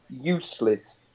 useless